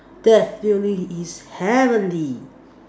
that's feeling is heavenly